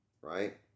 Right